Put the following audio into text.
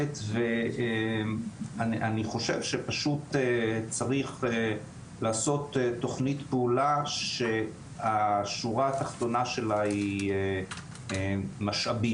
ואני חושב שצריך לעשות תוכנית פעולה שהשורה התחתונה שלה היא משאבים.